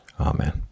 Amen